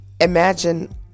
Imagine